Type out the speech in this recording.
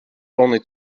only